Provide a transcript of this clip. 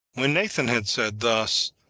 when nathan had said thus,